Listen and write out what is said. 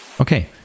Okay